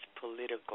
political